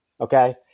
Okay